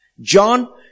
John